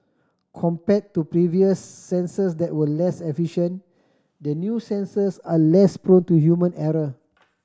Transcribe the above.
compared to previous sensors that were less efficient the new sensors are less prone to human error